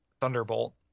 thunderbolt